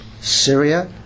Syria